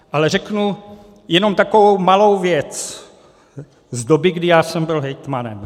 Ale řeknu jenom takovou malou věc z doby, kdy já jsem byl hejtmanem.